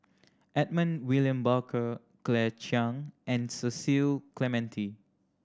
Edmund William Barker Claire Chiang and Cecil Clementi